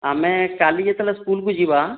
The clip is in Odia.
ଆମେ କାଲି ଯେତେବେଳେ ସ୍କୁଲ୍କୁ ଯିବା